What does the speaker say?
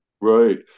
Right